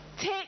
take